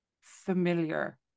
familiar